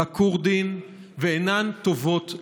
לכורדים, ואינן טובות לישראל.